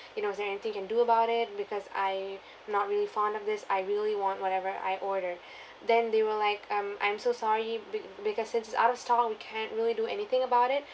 you know is there anything you can do about it because I not really fond of this I really want whatever I ordered then they were like um I'm so sorry be~ because since it's out of stock we can't really do anything about it